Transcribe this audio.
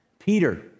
Peter